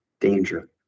danger